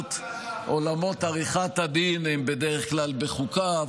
עולמות עריכת הדין הם בדרך כלל בחוקה.